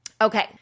Okay